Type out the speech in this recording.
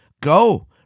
go